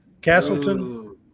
Castleton